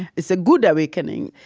it's a good awakening.